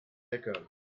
lecker